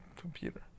computer